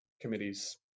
committee's